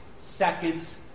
seconds